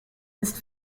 ist